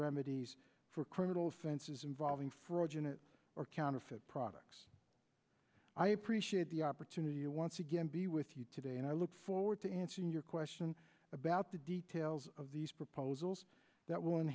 remedies for criminal offenses involving fraud unit or counterfeit products i appreciate the opportunity to once again be with you today and i look forward to answering your question about the details of these proposals that